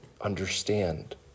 understand